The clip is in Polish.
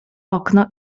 okno